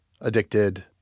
addicted